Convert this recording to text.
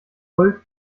voll